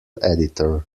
editor